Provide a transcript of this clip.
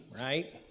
right